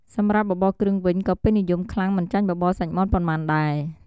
សម្រាប់បបរគ្រឿងវិញ ក៏ពេញនិយមខ្លាំងមិនចាញ់បបរសាច់មាន់ប៉ុន្មានដែរ។